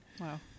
Wow